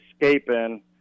escaping